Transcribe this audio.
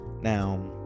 Now